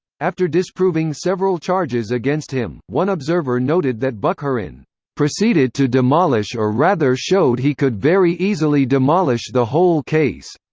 after disproving several charges against him, one observer noted that bukharin proceeded to demolish or rather showed he could very easily demolish the whole case.